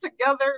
together